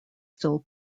still